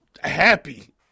happy